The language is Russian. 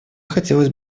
хотелось